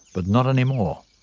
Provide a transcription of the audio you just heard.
but not anymore.